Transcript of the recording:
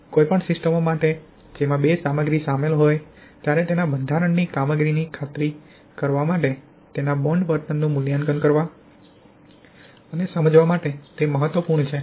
કોઈપણ સિસ્ટમો માટે જેમાં બે સામગ્રી શામેલ હોય ત્યારે તેના બંધારણની કામગીરીની ખાતરી કરવા માટે તેના બોન્ડ વર્તનનું મૂલ્યાંકન કરવા અને સમજવા માટે તે મહત્વપૂર્ણ છે